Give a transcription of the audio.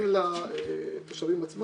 אני חוקר במרכז המחקר והמידע של הכנסת.